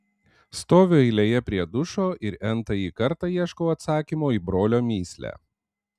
stoviu eilėje prie dušo ir n tąjį kartą ieškau atsakymo į brolio mįslę